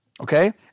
Okay